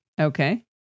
Okay